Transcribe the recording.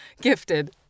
gifted